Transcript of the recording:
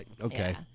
okay